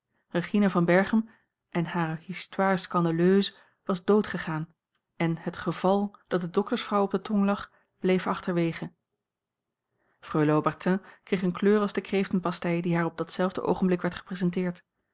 regina van berchem en hare histoire scandaleuse was dood a l g bosboom-toussaint langs een omweg gedaan en het geval dat de doktersvrouw op de tong lag bleef achterwege freule haubertin kreeg eene kleur als de kreeftenpastei die haar op datzelfde oogenblik werd gepresenteerd